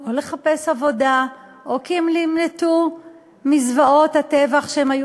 או לחפש עבודה או כי הם נמלטו מזוועות הטבח שהם היו